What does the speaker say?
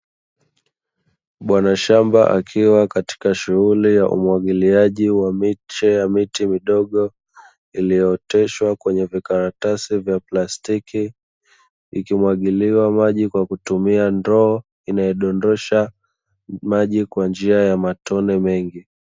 Bwana shamba akiwa katika shughuli ya umwagiliaji wa miche ya miti midogo, iliyooteshwa kwenye vikaratasi vya plastiki, ikimwagiliwa maji kwa kutumia ndoo inayodondosha maji kwa njia ya matone mengi.